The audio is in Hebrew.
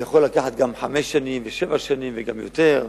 זה יכול לקחת גם חמש שנים ושבע שנים וגם יותר,